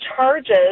charges